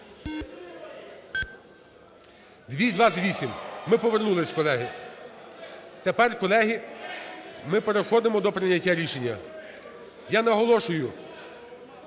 За-228 Ми повернулись, колеги. Тепер, колеги, ми переходимо до прийняття рішення. Я наголошую…